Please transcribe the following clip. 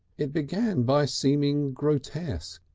it began by seeming grotesque